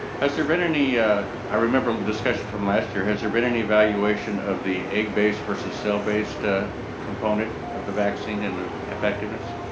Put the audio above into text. has there been any i remember the discussion from last year has there been any evaluation of the egg-base versus cell-based ah component of the vaccine and the effectiveness?